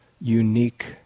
unique